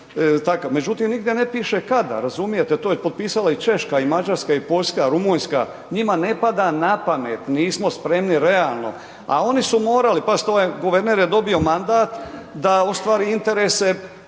međutim nigdje ne piše kada, razumijete, to je potpisala i Češka i Mađarska i Poljska, Rumunjska, njima ne pada na pamet, nismo spremno realno a oni su morali. Pazite, ovaj guverner je dobio mandat da ostvari interese